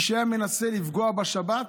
מי שהיה מנסה לפגוע בשבת,